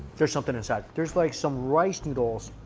there's something inside there's like some rice noodles,